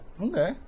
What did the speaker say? Okay